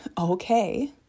okay